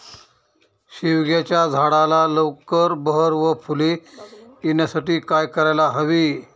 शेवग्याच्या झाडाला लवकर बहर व फूले येण्यासाठी काय करायला हवे?